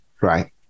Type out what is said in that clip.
Right